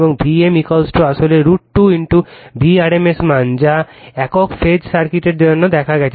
এবং V m আসলে √ 2 v rms মান যা একক ফেজ সার্কিটের জন্য দেখা গেছে